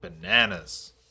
bananas